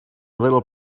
little